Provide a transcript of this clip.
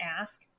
ask